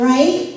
Right